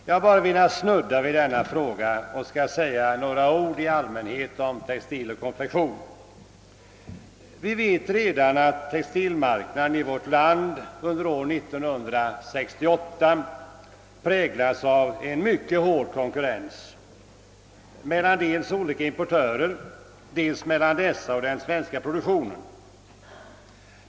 Jag har bara velat snudda vid denna fråga och skall säga några ord i allmänhet om textil och konfektion. Vi vet redan att textilmarknaden i vårt land under år 1968 präglas av en mycket hård konkurrens dels mellan olika importörer, dels mellan dessa och den svenska produktionen.